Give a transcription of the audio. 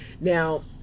Now